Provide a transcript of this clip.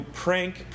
prank